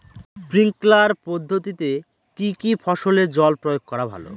Sprinkler পদ্ধতিতে কি কী ফসলে জল প্রয়োগ করা ভালো?